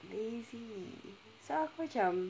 lazy so aku macam